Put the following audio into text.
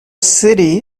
city